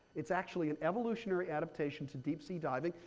it's actually an evolutionary adaptation to deep sea diving,